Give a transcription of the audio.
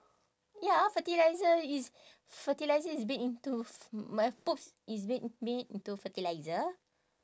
ya fertiliser is fertiliser is bit into f~ mu~ poops is made made into fertiliser